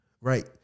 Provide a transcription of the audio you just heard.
Right